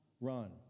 run